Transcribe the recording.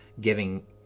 giving